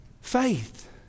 faith